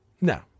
No